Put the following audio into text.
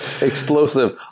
Explosive